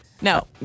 No